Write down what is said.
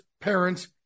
parents